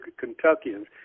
Kentuckians